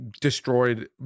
destroyed